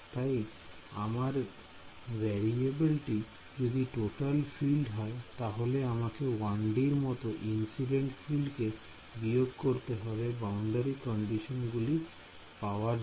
তাই আমার ভেরিয়েবলটি যদি টোটাল ফিল্ড হয় তাহলে আমাকে 1D র মতন ইনসিডেন্ট ফিল্ড কে বিয়োগ করতে হবে বাউন্ডারি কন্ডিশন গুলি পাওয়ার জন্য